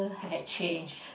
had changed